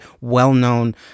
well-known